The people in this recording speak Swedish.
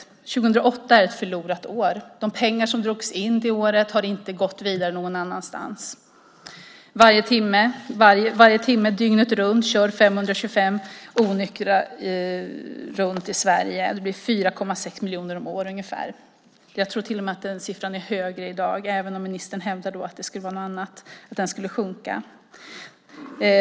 År 2008 är ett förlorat år. De pengar som drogs in det året har inte gått vidare någon annanstans. Varje timme dygnet runt kör 525 onyktra runt i Sverige. Det blir ungefär 4,6 miljoner om året. Jag tror till och med att den siffran är högre i dag, även om ministern hävdar att den skulle sjunka.